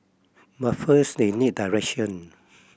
but first they need direction